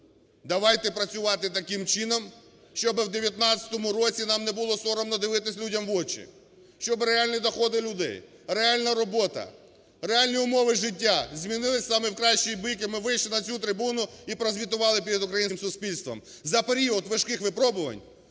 Давайте працювати таким чином, щоби в 2019 році нам не було соромно дивитись людям в очі, щоб реальні доходи людей, реальна робота, реальні умови життя, змінились саме в кращий бік - ы ми вийшли на цю трибуну, і прозвітували перед українським суспільством за період важких випробувань,